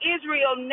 Israel